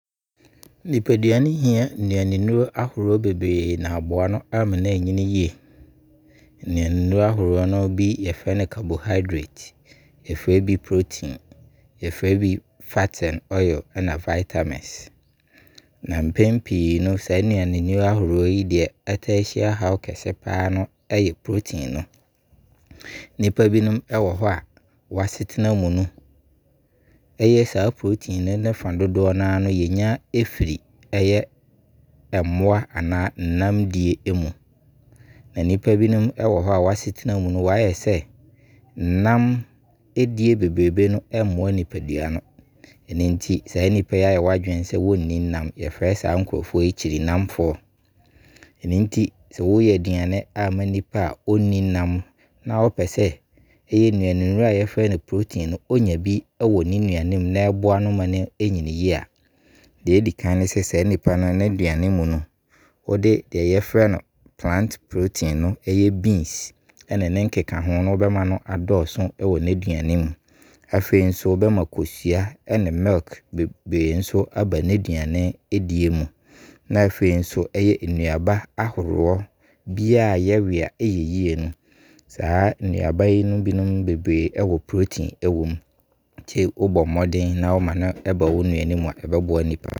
Nipadua no hia nnuanennuro ahoroɔ bebree na aboa ama ayini yie. Nnuanennuro ahoroɔ bi yɛfrɛ no carbohydrate Yɛfrɛ bi protein Yɛfrɛ bi fats and oil [ne vitamins Mpɛn pii no saa nnuanennuro ahoroɔ yi, mpɛn pii no saa nnuanennuro ahoroɔ yi deɛ ɔtaa hyia haw kɛseɛ paa no, ɛyɛ protein no. Nipa binom ɛwɔ hɔ a w'asetena mu no, ɛyɛ saa protein no ne fa dodoɔ no a no yɛnya firi ɛyɛ mmoa anaa nnam die mu. Nipa binom wɔ hɔ a w'asetena mu no, wayɛ sɛ nnam die bebree no mmoa nipadua no, ɛno nti saa nipa yi ayɛ wadwene sɛ wɔnni nnam. Yɛfrɛ saa nnkurofɔ yi Kyirinamfoɔ. Ɛno nti sɛ wo yɛ aduane ama nipa a ɔnni nnam na wo pɛ sɛ ɛyɛ nnuanennuro a yɛfrɛ no protein no ɔnya bi wɔ ne nnuane mu na ɛboa no ma no yini yie a, deɛ ɛdi kan ne sɛ, saa nipa no n'aduane mu no wo de plant protein ɛyɛ beans ɛne ne nkeka ho no wo bɛma no adɔɔso wɔ aduane no mu. Afei nso wo bɛma kosua ɛne 'milk' bebree aba n'aduane die mu. Afei nso, ɛyɛ nnuaba ahoroɔ biara a yɛwe a ɛyɛ yie no, saa nnuaba yinom bi bebree a Ɛwɔ protein no bi wɔ mu. Nti wo bɔ mmɔden na wo ma no ba wo nnuane mu a, ɛbɛboa nipa no.